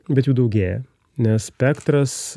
bet jų daugėja nes spektras